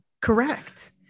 Correct